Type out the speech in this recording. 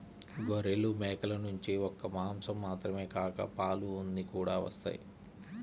గొర్రెలు, మేకల నుంచి ఒక్క మాసం మాత్రమే కాక పాలు, ఉన్ని కూడా వత్తయ్